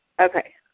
Okay